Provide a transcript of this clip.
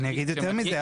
אני אגיד יותר מזה,